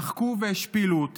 צחקו והשפילו,